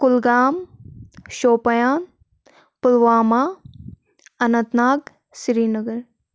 Kulgam Shopian Pulwama Anant Nag Srinagar